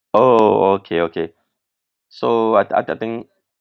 oh okay okay so I I think